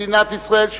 מדינת ישראל,